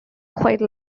quite